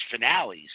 finales